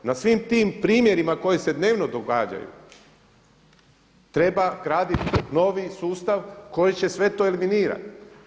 Na svim tim primjerima koji se dnevno događaju treba gradit novi sustav koji će sve to eliminirati.